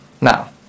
now